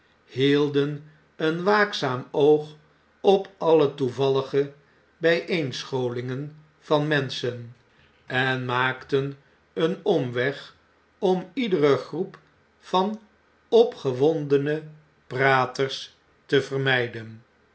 hielden een waakzaam oog op alle toevallige bijeenscholingen van menschen en maakten een omweg om iedere groep van opgewondene praters te vermgden